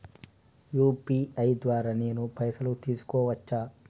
UPI ద్వారా నేను పైసలు తీసుకోవచ్చా?